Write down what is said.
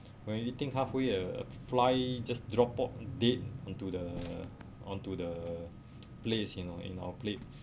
when we eating halfway a fly just drop off dead into the onto the place you know in our plates